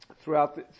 throughout